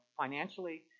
financially